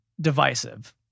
divisive